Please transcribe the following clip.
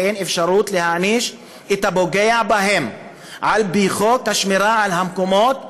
ואין אפשרות להעניש את הפוגע בהם על פי חוק השמירה על המקומות הקדושים.